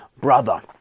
brother